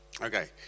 Okay